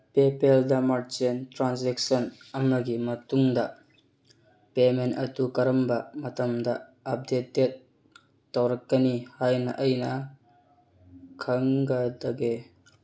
ꯄꯦꯄꯜꯗ merchant transaction ꯑꯃꯒꯤ ꯃꯇꯨꯡꯗ payment ꯑꯗꯨ ꯀꯔꯝꯕ ꯃꯇꯝꯗ ꯑꯞꯗꯦꯇꯦꯠ ꯇꯧꯔꯛꯀꯅꯤ ꯍꯥꯏꯅ ꯑꯩꯅ ꯈꯪꯒꯗꯒꯦ